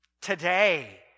today